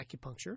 acupuncture